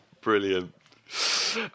Brilliant